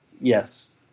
Yes